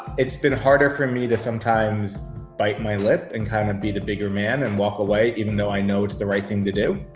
it's been harder for me to sometimes bite my lip and kind of be the bigger man and walk away, even though i know it's the right thing to do.